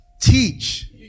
teach